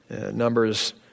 Numbers